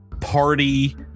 party